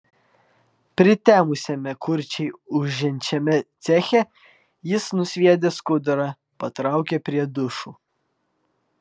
pritemusiame kurčiai ūžiančiame ceche jis nusviedė skudurą patraukė prie dušų